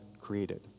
created